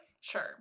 Sure